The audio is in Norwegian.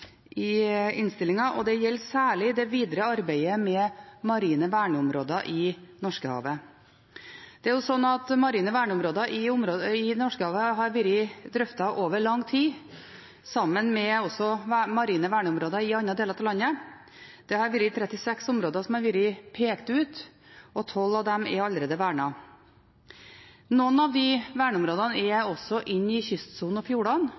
og det gjelder særlig det videre arbeidet med marine verneområder i Norskehavet. Marine verneområder i Norskehavet har vært drøftet over lang tid, sammen med marine verneområder i andre deler av landet. 36 områder har blitt pekt ut, og tolv av dem er allerede vernet. Noen av disse verneområdene er også i kystsonen og